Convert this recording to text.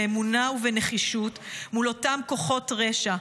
באמונה ובנחישות מול אותם כוחות רשע.